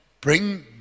bring